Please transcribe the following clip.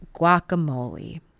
guacamole